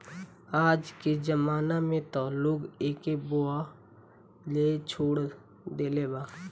आजके जमाना में त लोग एके बोअ लेछोड़ देले बा